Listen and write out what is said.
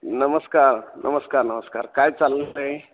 नमस्कार नमस्कार नमस्कार काय चाललं नाही